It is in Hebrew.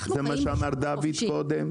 זה מה שאמר דוד קודם.